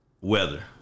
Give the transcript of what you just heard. weather